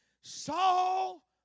Saul